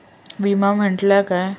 विमा म्हटल्या काय?